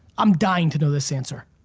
i'm dying to know this answer.